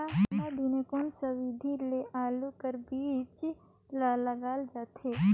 ठंडा दिने कोन सा विधि ले आलू कर बीजा ल लगाल जाथे?